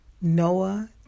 Noah